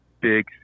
big